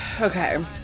okay